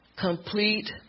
Complete